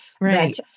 Right